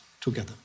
together